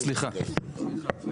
סליחה.